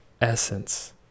essence